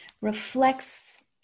reflects